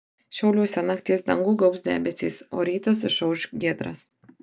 šiauliuose nakties dangų gaubs debesys o rytas išauš giedras